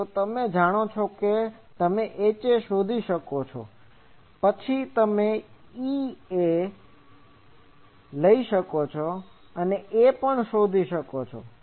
તો તમે જાણો છો કે તમે HA શોધી શકો છો પછી તમે ઇએ EA શકો છો તમે A શોધી શકો છો